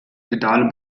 pedale